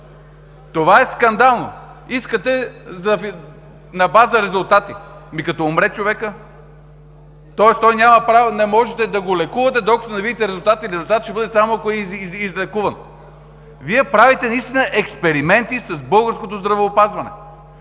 Това е скандално! Искате на базата на резултати. Ами, като умре човека? Тоест той няма право, не можете да го лекувате, докато не видите резултата, а резултатът ще бъде, само ако е излекуван. Вие наистина правите експерименти с българското здравеопазване.